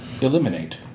eliminate